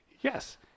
yes